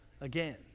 again